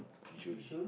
yishun